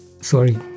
sorry